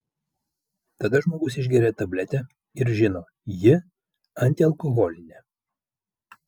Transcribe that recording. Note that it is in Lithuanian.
tada žmogus išgeria tabletę ir žino ji antialkoholinė